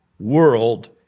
world